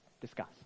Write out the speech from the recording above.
discuss